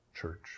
Church